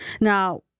Now